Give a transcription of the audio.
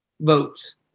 votes